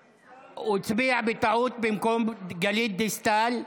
הוא הצביע בטעות במקום גלית דיסטל.